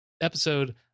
episode